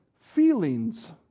feelings